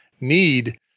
Need